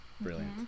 brilliant